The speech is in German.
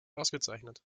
ausgezeichnet